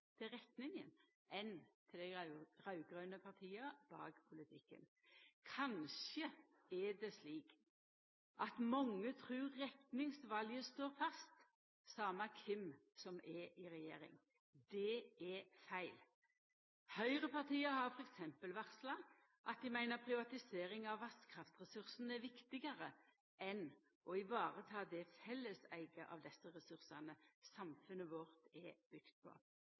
støtte til retninga enn til dei raud-grøne partia bak politikken. Kanskje er det slik at mange trur retningsvalet står fast same kven som er i regjering? Det er feil! Høgrepartia har t.d. varsla at dei meiner privatisering av vasskraftressursane er viktigare enn å vareta det felleseiget av desse ressursane samfunnet vårt er bygt på.